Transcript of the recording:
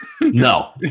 No